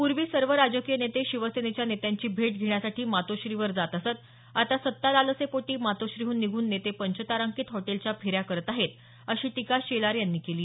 पूर्वी सर्व राजकीय नेते शिवसेनेच्या नेत्यांची भेट घेण्यासाठी मातोश्रीवर जात असत आता सत्ता लालसेपोटी मातोश्रीहन निघून नेते पंचतारांकित हॉटेलच्या फेऱ्या करत आहेत अशी टीका शेलार यांनी केली